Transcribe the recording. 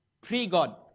Pre-God